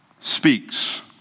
speaks